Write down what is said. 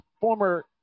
former